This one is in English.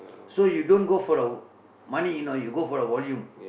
so you don't go for the money you know you go for the volume